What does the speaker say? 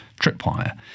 tripwire